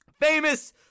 famous